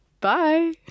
Bye